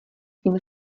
tím